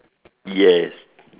yes